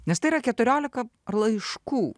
nes tai yra keturiolika ar laiškų